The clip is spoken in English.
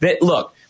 Look